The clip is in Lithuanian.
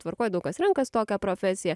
tvarkoje daug kas renkas tokią profesiją